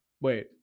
Wait